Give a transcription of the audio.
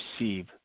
receive